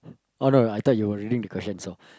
oh no I thought you were reading the question so